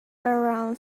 around